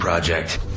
Project